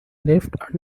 left